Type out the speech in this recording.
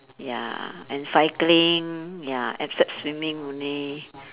ya and cycling ya except swimming only